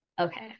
Okay